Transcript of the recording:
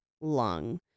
lung